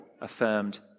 affirmed